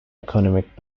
economic